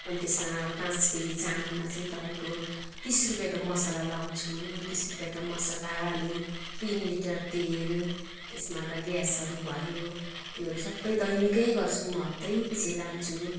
अनि त्यसमा अब पाँच केजी चामलमा चाहिँ तपाईँको तिस रुपियाँको मसाला लाउँछु तिस रुपियाँको मसाला अनि तिन लिटर तेल त्यसमा अब ग्यासहरू भयो त्योहरू सबै दैनिकै गर्छु म हप्तैपिछे लान्छु